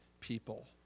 people